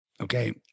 okay